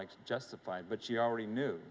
like justified but she already knew